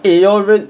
eh your res~